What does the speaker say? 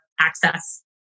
access